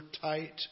tight